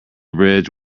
bridge